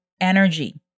energy